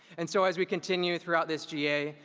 and so as we continued throughout this ga,